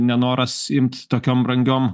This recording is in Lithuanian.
nenoras imt tokiom brangiom